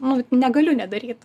nu negaliu nedaryt